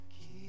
keep